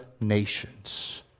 nations